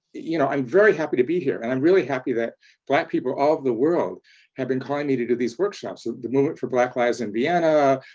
you know, i'm very happy to be here. and i'm really happy that black people all over the world have been calling me to do these workshops. ah the movement for black lives in vienna,